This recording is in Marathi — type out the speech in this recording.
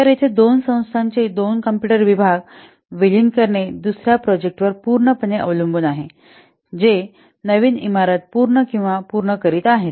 तर येथे दोन संस्थांचे दोन कॉम्प्युटर विभाग विलीन करणे दुसर्या प्रोजेक्टवर पूर्णपणे अवलंबून आहे जे नवीन इमारत पूर्ण किंवा पूर्ण करीत आहे